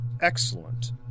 Excellent